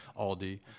Aldi